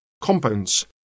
compounds